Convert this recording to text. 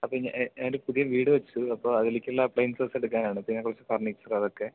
ആ പിന്നെ എൻ്റെ പുതിയ വീട് വച്ചു അപ്പം അതിലേക്ക് ഉള്ള അപ്ലയൻസസ് എടുക്കാൻ ആണ് ഇപ്പോൾ ഞാൻ കുറച്ച് ഫർണിച്ചർ അതൊക്കെ